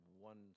one